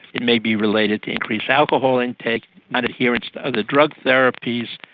it may be related to increased alcohol intake and adherence to other drug therapies.